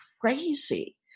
crazy